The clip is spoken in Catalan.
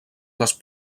les